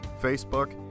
Facebook